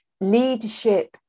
leadership